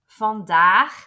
Vandaag